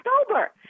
October